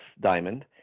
Diamond